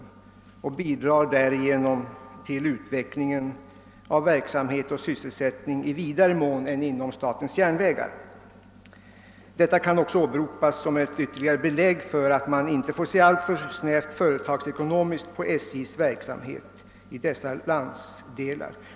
Detta bidrar till utvecklingen av verksamhet och sysselsättning i vidare mån än inom statens järnvägar, vilket kan åberopas som ett ytterligare belägg för att man inte bör se alltför snävt företagsekonomiskt på SJ:s verksamhet i dessa landsdelar.